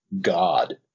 god